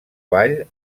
ball